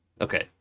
Okay